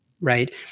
right